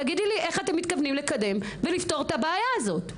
תגידי לי איך אתם מתכוונים לקדם ולפתור את הבעיה הזאת?